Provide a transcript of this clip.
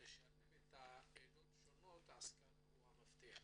לשלב את העדות השונות, ההשכלה היא המפתח.